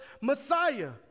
Messiah